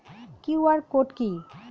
QR code কি?